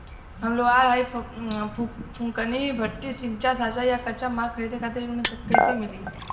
हम लोहार हईं फूंकनी भट्ठी सिंकचा सांचा आ कच्चा माल खरीदे खातिर ऋण कइसे मिली?